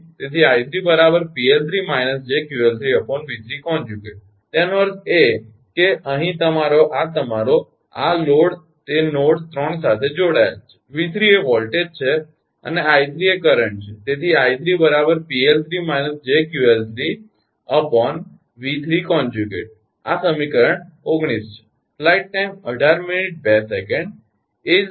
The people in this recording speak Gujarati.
તેથી 𝑖3 𝑃𝐿3 − 𝑗𝑄𝐿3 𝑉3∗ તેનો અર્થ એ કે અહીં તમારો આ તમારો આ લોડ તે નોડ 3 સાથે જોડાયેલ છે 𝑉3 એ વોલ્ટેજ છે અને 𝑖3 એ કરંટ છે તેથી 𝑖3 𝑃𝐿3 − 𝑗𝑄𝐿3 𝑉3∗ સંયુક્ત કોનઝ્યુગેટ આ સમીકરણ 19 છે